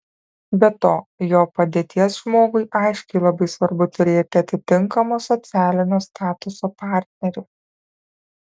be to jo padėties žmogui aiškiai labai svarbu turėti atitinkamo socialinio statuso partnerį